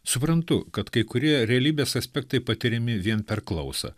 suprantu kad kai kurie realybės aspektai patiriami vien per klausą